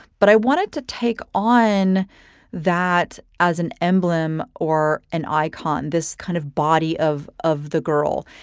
but i wanted to take on that as an emblem or an icon. this kind of body of of the girl.